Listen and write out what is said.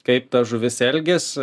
kaip ta žuvis elgias